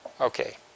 Okay